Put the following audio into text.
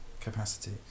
capacity